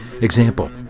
Example